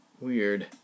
Weird